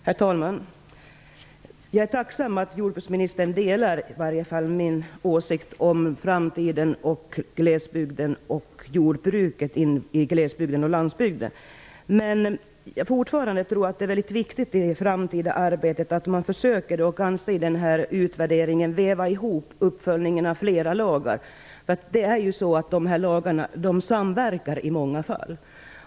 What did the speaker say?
Herr talman! Jag är tacksam att jordbruksministern i varje fall delar min åsikt om framtiden, glesbygden och jordbruket i glesbygden och landsbygden. Men jag tror fortfarande att det är väldigt viktigt i det fortsatta arbetet att man försöker att i utvärderingen väva ihop uppföljningen av flera lagar. Dessa lagar samverkar i många fall.